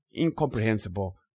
incomprehensible